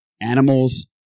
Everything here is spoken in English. Animals